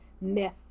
myth